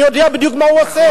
אני יודע בדיוק מה הוא עושה.